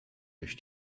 durch